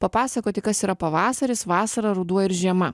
papasakoti kas yra pavasaris vasara ruduo ir žiema